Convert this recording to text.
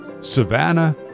Savannah